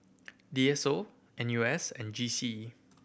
D S O N U S and G C E